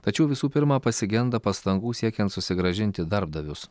tačiau visų pirma pasigenda pastangų siekiant susigrąžinti darbdavius